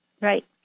Right